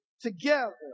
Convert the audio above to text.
together